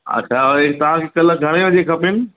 अच्छा और हे तव्हां खे कल्ह घणे बजे खपनि